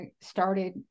started